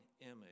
image